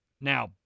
now